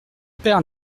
père